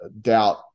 doubt